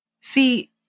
See